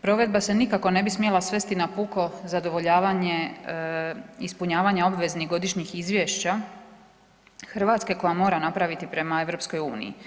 Provedba se nikako ne bi smjela svesti na puko zadovoljavanje ispunjavanja obveznih godišnjih izvješća Hrvatske koja mora napraviti prema EU.